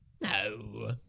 No